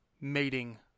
mating